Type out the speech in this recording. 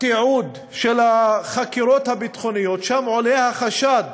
תיעוד של החקירות הביטחוניות, שם עולה החשד